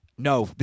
No